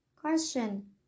Question